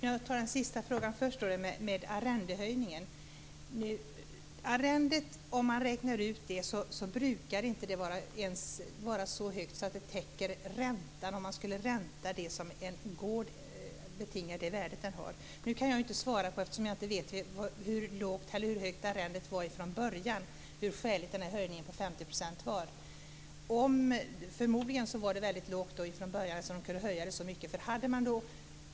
Herr talman! Jag tar först frågan om arrendehöjningen. Om man ser till arrendeavgiften är den ofta inte ens så hög att den täcker räntan på det värde som en gård betingar. Jag kan inte svara hur skälig höjningen på 50 % var, eftersom jag inte vet hur lågt eller högt arrendet var från början. Förmodligen var det väldigt lågt från början, eftersom det höjdes så mycket.